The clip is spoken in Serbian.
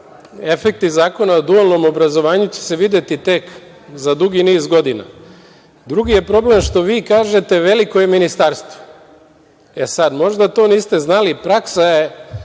Efekti Zakona o dualnom obrazovanju će se videti tek za dugi niz godina. Drugi je problem što vi kažete – veliko je Ministarstvo. E sad, možda to niste znali, praksa je